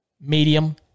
medium